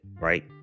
right